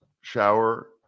shower